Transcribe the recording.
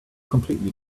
completely